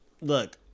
look